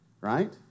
right